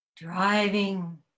driving